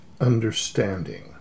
understanding